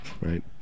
right